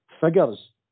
figures